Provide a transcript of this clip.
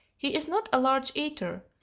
he is not a large eater,